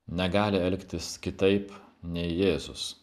negali elgtis kitaip nei jėzus